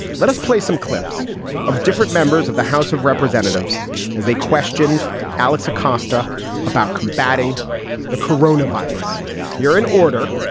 let us play some clips of different members of the house of representatives as they questioned alex acosta about combating the corona virus here in order,